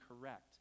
correct